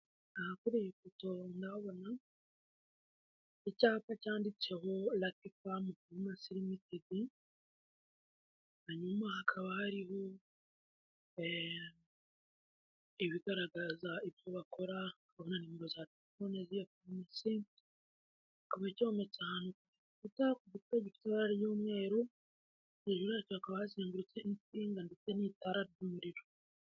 Inzu iriho icyapa kigaragaza ko hatangirwa serivisi z'ubuvuzi hejuru y'icyapa hari insinga.